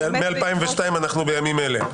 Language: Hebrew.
מ-2002 אנחנו "בימים אלה".